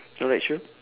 alright true